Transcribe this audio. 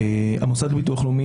קראנו את זה עכשיו.